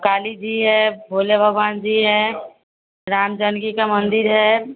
काली जी है भोले भगवान जी हैं राम जानकी का मंदिर है